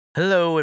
Hello